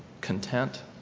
content